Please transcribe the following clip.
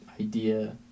idea